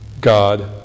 God